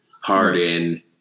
Harden